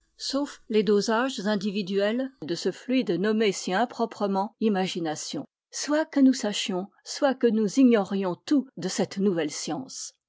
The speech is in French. sauf les dosages individuels de ce fluide nommé si improprement imagination soit que nous sachions soit que nous ignorions tout de cette nouvelle science